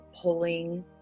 pulling